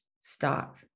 Stop